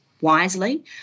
wisely